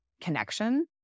connection